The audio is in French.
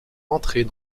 entrer